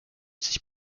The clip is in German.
sich